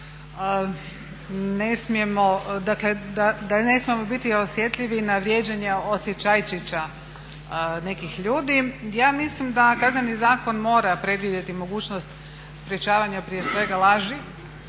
dakle ne smijemo biti osjetljivi na vrijeđanja osjećajčića nekih ljudi. Ja mislim da Kazneni zakon mora predvidjeti mogućnost sprečavanja prije svega laži